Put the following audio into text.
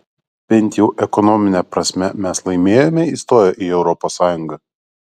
bent jau ekonomine prasme mes laimėjome įstoję į europos sąjungą